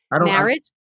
Marriage